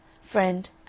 Friend